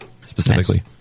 specifically